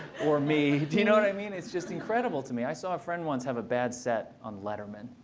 or me. do you know what i mean? it's just incredible to me. i saw a friend once have a bad set on letterman.